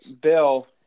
Bill